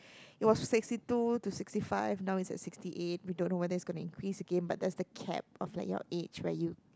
it was sixty two to sixty five now it's at sixty eight we don't know whether it's going to increase again but that's the cap of like your age